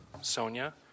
Sonia